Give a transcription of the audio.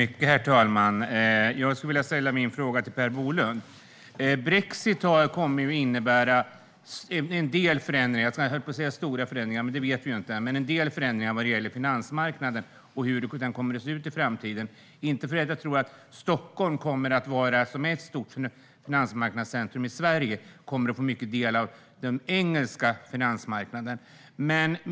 Herr talman! Jag vill ställa min fråga till Per Bolund. Brexit kommer att innebära en del förändringar på finansmarknaden och hur den kommer att se ut i framtiden. Jag tror inte att Stockholm, som är ett stort finansmarknadscentrum i Sverige, kommer att påverkas så mycket av den engelska finansmarknaden.